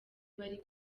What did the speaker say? bari